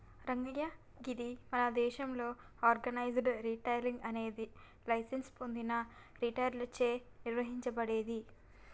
రంగయ్య గీది మన దేసంలో ఆర్గనైజ్డ్ రిటైలింగ్ అనేది లైసెన్స్ పొందిన రిటైలర్లచే నిర్వహించబడేది